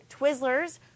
Twizzlers